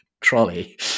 trolley